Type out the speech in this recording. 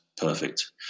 perfect